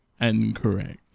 Incorrect